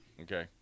okay